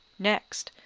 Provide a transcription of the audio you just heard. next,